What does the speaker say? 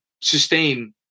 sustain